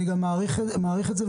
אני מעריך את זה,